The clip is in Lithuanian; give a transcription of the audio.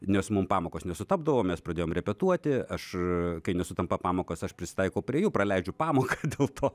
nes mum pamokos nesutapdavo mes pradėjom repetuoti aš kai nesutampa pamokos aš prisitaikau prie jų praleidžiu pamoką dėl to